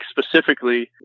specifically